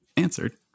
answered